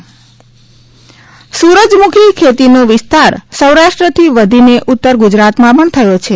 સૂરજમુખી ખેતી સૂરજમુખી ખેતીનો વિસ્તાર સૌરાષ્ટ્રથી વધીને ઉત્તર ગુજરાતમાં પણ થયો છે